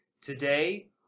Today